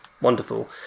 Wonderful